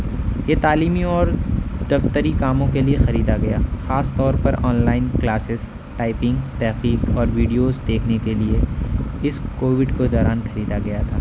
یہ تعلیمی اور دفتری کاموں کے لیے خریدا گیا خاص طور پر آن لائن کلاسز ٹائپنگ تحقیق اور ویڈیوز دیکھنے کے لیے اس کووڈ کو دوران خریدا گیا تھا